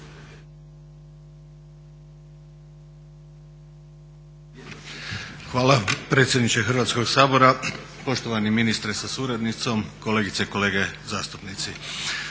Hvala predsjedniče Hrvatskog sabora, poštovani ministre sa suradnicom, kolegice i kolege zastupnici.